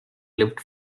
lived